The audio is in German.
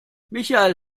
michael